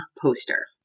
poster